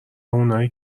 اونای